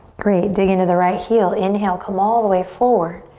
great, dig into the right heel. inhale, come all the way forward.